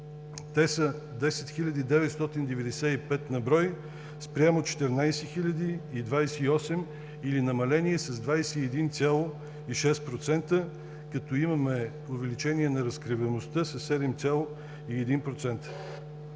те са 10995 на брой, спрямо 14028 или намаление с 21,6 %, като имаме увеличение на разкриваемостта с 7,1 %.